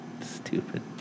stupid